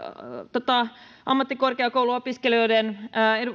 ammattikorkeakouluopiskelijoiden